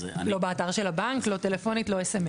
לא באתר של הבנק, לא טלפונית, לא סמס.